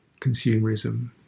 consumerism